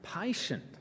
patient